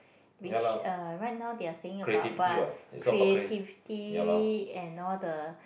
which uh right now they are saying about creativity and all the